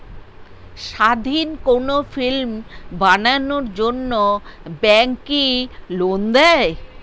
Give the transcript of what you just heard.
স্বাধীন কোনো ফিল্ম বানানোর জন্য ব্যাঙ্ক কি লোন দেয়?